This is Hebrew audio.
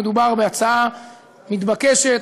מדובר בהצעה מתבקשת,